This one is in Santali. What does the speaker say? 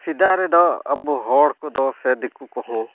ᱥᱮᱛᱟᱜ ᱨᱮᱫᱚ ᱟᱵᱚ ᱦᱚᱲ ᱠᱚᱫᱚ ᱥᱮ ᱫᱤᱠᱩ ᱠᱚᱦᱚᱸ